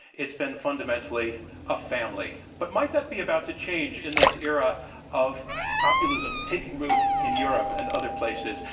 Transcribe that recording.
it's been fundamentally a family. but might that be about to change in this era of populism taking root in europe and other places,